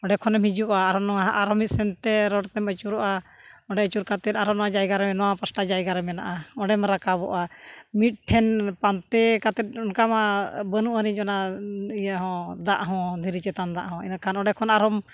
ᱚᱸᱰᱮ ᱠᱷᱚᱱᱮᱢ ᱦᱤᱡᱩᱜᱼᱟ ᱟᱨ ᱱᱚᱣᱟ ᱟᱨᱦᱚᱸ ᱢᱤᱫ ᱥᱮᱱᱛᱮ ᱨᱚᱲ ᱛᱮᱢ ᱟᱹᱪᱩᱨᱚᱜᱼᱟ ᱚᱸᱰᱮ ᱟᱹᱪᱩᱨ ᱠᱟᱛᱮᱫ ᱟᱨᱚ ᱱᱚᱣᱟ ᱡᱟᱭᱜᱟ ᱨᱮ ᱱᱚᱣᱟ ᱯᱟᱥᱴᱟ ᱡᱟᱭᱜᱟ ᱨᱮ ᱢᱮᱱᱟᱜᱼᱟ ᱚᱸᱰᱮᱢ ᱨᱟᱠᱟᱵᱚᱜᱼᱟ ᱢᱤᱫᱴᱷᱮᱱ ᱯᱟᱱᱛᱮ ᱠᱟᱛᱮᱫ ᱚᱱᱠᱟᱼᱢᱟ ᱵᱟᱹᱱᱩᱜ ᱟᱹᱱᱤᱡ ᱚᱱᱟ ᱤᱭᱟᱹ ᱦᱚᱸ ᱫᱟᱜ ᱦᱚᱸ ᱫᱷᱤᱨᱤ ᱪᱮᱛᱟᱱ ᱫᱟᱜ ᱦᱚᱸ ᱮᱱᱮᱠᱷᱟᱱ ᱚᱸᱰᱮᱠᱷᱚᱱ ᱟᱨᱦᱚᱸ